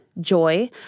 Joy